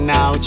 Now